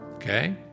Okay